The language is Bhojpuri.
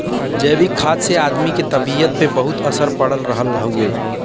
जैविक खाद से आदमी के तबियत पे बहुते असर पड़ रहल हउवे